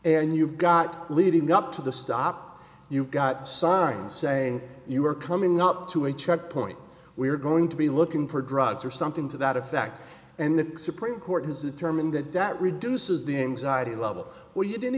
and you've got leading up to the stop you've got signs saying you are coming up to a checkpoint we're going to be looking for drugs or something to that effect and the supreme court has determined that that reduces the anxiety level where you didn't